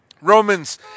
Romans